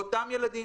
מדובר באותם ילדים.